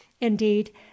indeed